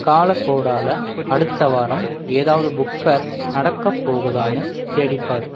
காலகோடால அடுத்த வாரம் ஏதாவது புக் ஃபேர் நடக்கப் போகுதான்னு தேடிப்பார்